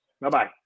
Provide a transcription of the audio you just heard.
Bye-bye